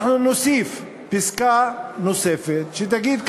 אנחנו נוסיף פסקה שתגיד ככה: